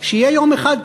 שיהיה יום אחד,